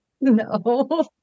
No